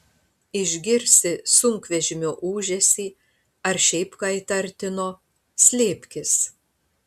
išgirsi sunkvežimio ūžesį ar šiaip ką įtartino slėpkis